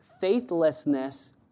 Faithlessness